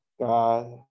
God